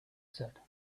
said